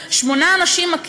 שני אנשים לא יכלו לטפל בזה?